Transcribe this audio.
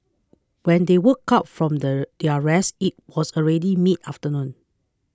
when they woke up from their their rest it was already mid afternoon